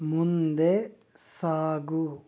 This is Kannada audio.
ಮುಂದೆ ಸಾಗು